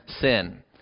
sin